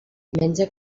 menja